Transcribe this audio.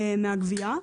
מהגבייה.